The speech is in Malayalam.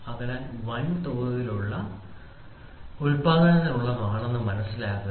അതിനാൽ ഇത് വൻതോതിലുള്ള ഉൽപാദനത്തിനുള്ളതാണെന്ന് മനസിലാക്കുക